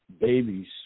babies